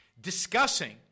discussing